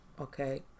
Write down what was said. okay